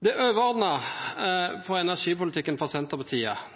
Det overordnede for Senterpartiet